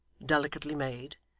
delicately made,